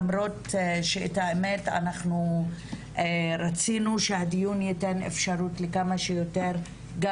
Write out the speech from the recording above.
למרות שהאמת רצינו שהדיון ייתן אפשרות לכמה שיותר גם